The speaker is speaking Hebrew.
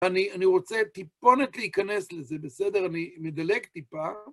אני אני רוצה טיפונת להיכנס לזה, בסדר? אני מדלג טיפה.